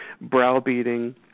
browbeating